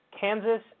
kansas